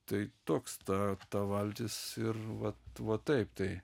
tai toks ta ta valtis ir vat va taip tai